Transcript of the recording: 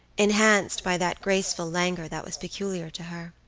enhanced by that graceful languor that was peculiar to her.